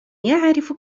يعرف